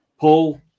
Paul